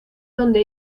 donde